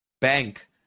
bank